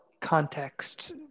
context